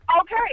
Okay